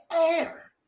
air